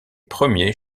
premiers